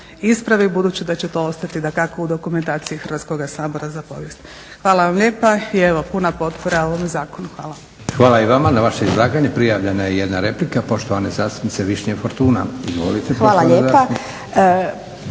ispravi, budući da će to ostati dakako u dokumentaciji Hrvatskoga sabora za povijest. Hvala vam lijepa i evo puna potpora ovom zakonu. Hvala. **Leko, Josip (SDP)** Hvala i vama na vaš …/Govornik se ne razumije./… prijavljena je i jedna replika, poštovane zastupnice Višnje Fortuna. Izvolite